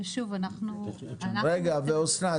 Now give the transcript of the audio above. שוב, אנחנו --- רגע, אסנת.